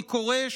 אני קורא,